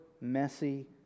messy